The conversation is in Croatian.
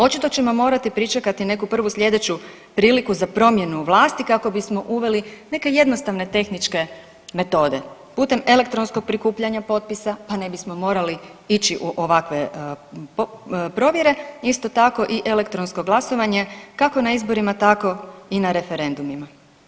Očito ćemo morati pričekati neku prvu slijedeću priliku za promjenu vlasti kako bismo uveli neke jednostavne tehničke metode putem elektronskog prikupljanja potpisa, pa ne bismo morali ići u ovakve provjere isto tako i elektronsko glasovanje kako na izborima tako i na referendumima.